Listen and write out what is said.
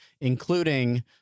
including